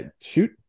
shoot